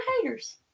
haters